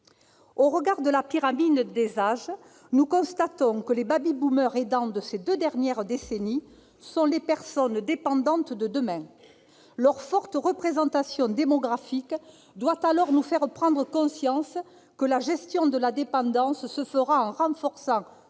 Au regard de la pyramide des âges, nous constatons que les baby-boomers aidants de ces deux dernières décennies sont les personnes dépendantes de demain. Leur fort poids démographique doit nous faire prendre conscience que la gestion de la dépendance se fera en renforçant